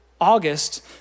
August